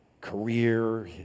career